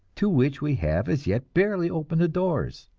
to which we have as yet barely opened the doors.